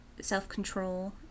self-control